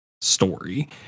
story